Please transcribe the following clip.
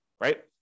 right